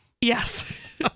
Yes